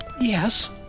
Yes